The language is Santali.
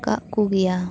ᱠᱟᱜ ᱠᱩ ᱜᱮᱭᱟ